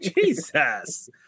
Jesus